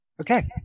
okay